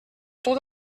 tot